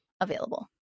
available